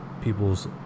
people's